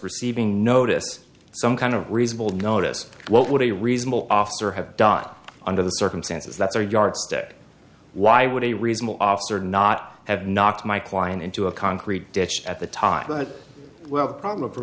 receiving notice some kind of reasonable notice what would a reasonable officer have dot under the circumstances that's a yardstick why would a reasonable officer not have knocked my client into a concrete ditch at the time but well the problem for